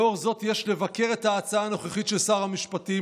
לאור זאת יש לבקר את ההצעה הנוכחית של שר המשפטים,